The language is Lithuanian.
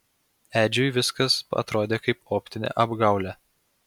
edžiui viskas atrodė kaip optinė apgaulė